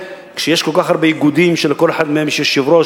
כשיש כל כך הרבה איגודים שלכל אחד יש יושב-ראש,